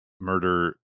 murder